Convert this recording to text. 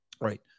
Right